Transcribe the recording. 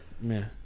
man